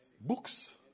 Books